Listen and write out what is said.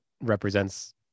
represents